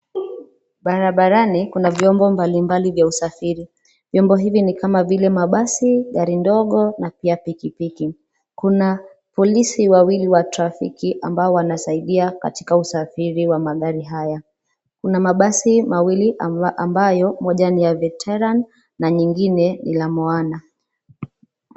Barabarani kuna mbalimbali vya usafiri, vyombo hivi ni kama vile mabasi gari ndogo na pia pikipiki. Kuna polisi wawili wa trafiki ambao wanasaidia katika usafiri wa magari haya. Kuna mabasi mawili ambayo moja ni ya VETERAN na lingine ni la MOANA .